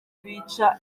bica